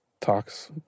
talks